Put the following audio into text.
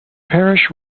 parish